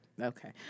Okay